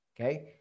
Okay